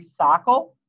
recycle